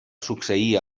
succeir